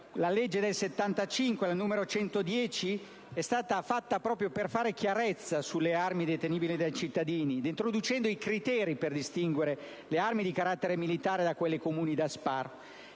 La legge n. 110 del 1975 è stata fatta proprio per fare chiarezza sulle armi detenibili dai cittadini, introducendo i criteri per distinguere le armi di carattere militare da quelle comuni da sparo.